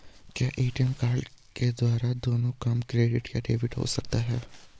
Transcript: क्या ATM card द्वारा दोनों काम क्रेडिट या डेबिट हो सकता है?